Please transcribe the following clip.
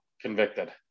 convicted